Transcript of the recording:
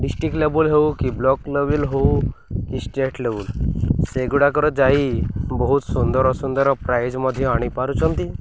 district ଲେବଲ୍ ହଉ କି ବ୍ଲକ୍ ଲେବଲ୍ ହଉ କି ଷ୍ଟେଟ୍ ଲେବଲ୍ ସେଗୁଡ଼ାକର ଯାଇ ବହୁତ ସୁନ୍ଦର ସୁନ୍ଦର ପ୍ରାଇଜ୍ ମଧ୍ୟ ଆଣିପାରୁଛନ୍ତି